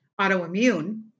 autoimmune